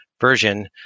version